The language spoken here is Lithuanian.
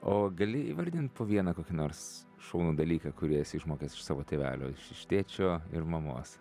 o gali įvardint po vieną kokį nors šaunų dalyką kurį esi išmokęs iš savo tėvelio iš iš tėčio ir mamos